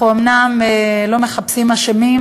אנחנו אומנם לא מחפשים אשמים,